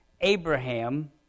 Abraham